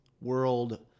world